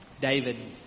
David